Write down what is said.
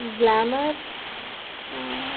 glamour